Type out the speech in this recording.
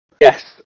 Yes